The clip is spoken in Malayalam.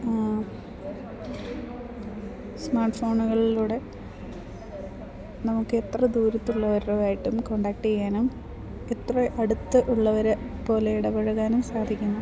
സ്മാർട്ട് ഫോണുകളിലൂടെ നമുക്ക് എത്ര ദൂരത്തുള്ളവരും ആയിട്ടും കോണ്ടാക്ട് ചെയ്യാനും എത്ര അടുത്ത് ഉള്ളവരെ പോലെ ഇടപഴകാനും സാധിക്കുന്നു